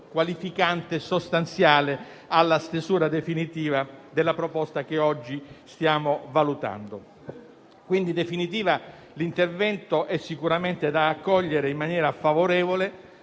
qualificante e sostanziale alla stesura definitiva della proposta che oggi stiamo valutando. In definitiva, l'intervento è sicuramente da accogliere in maniera favorevole,